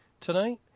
Tonight